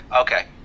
okay